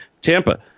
Tampa